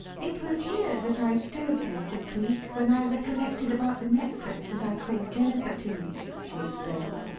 it was here that i stood, mr. cleek, when i recollected about the necklace as i called jennifer to me, she explained,